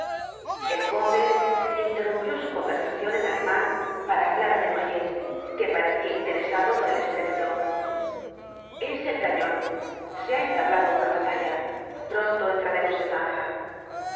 el conde interrumpió su conversación en alemán para hablar á desnoyers que parecía interesado por el estrépito es el cañón se ha entablado una batalla pronto entraremos en